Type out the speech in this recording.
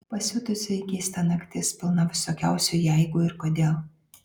pasiutusiai keista naktis pilna visokiausių jeigu ir kodėl